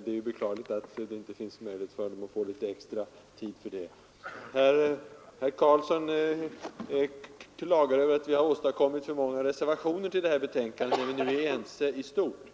Det är beklagligt att det inte finns möjlighet för honom att få litet extra tid för det. Herr Karlsson i Huskvarna klagar över att vi har åstadkommit för många reservationer till det här betänkandet, när vi nu är eniga i stort.